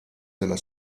della